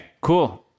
cool